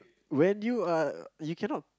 when you are you cannot